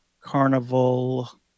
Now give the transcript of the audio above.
Carnival